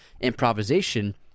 improvisation